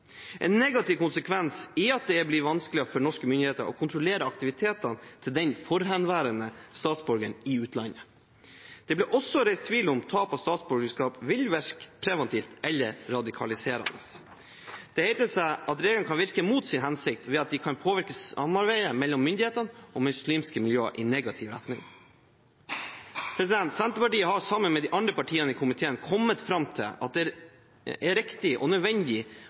En negativ konsekvens er at det blir vanskeligere for norske myndigheter å kontrollere aktivitetene til den forhenværende statsborgeren i utlandet. Det ble også reist tvil om tap av statsborgerskap vil virke preventivt eller radikaliserende. Det heter at reglene kan virke mot sin hensikt ved at de kan påvirke samarbeidet mellom myndighetene og muslimske miljøer i negativ retning. Senterpartiet har sammen med de andre partiene i komiteen kommet fram til at det er riktig og nødvendig